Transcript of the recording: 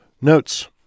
Notes